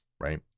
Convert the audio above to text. right